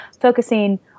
focusing